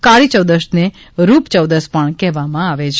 કાળિ ચૌદશને રૂપયૌદશ પણ કહેવામાં આવે છે